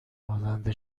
بازنده